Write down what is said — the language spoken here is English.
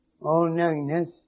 all-knowingness